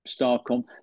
Starcom